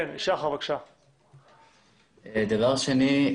הדבר השני.